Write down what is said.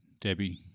Debbie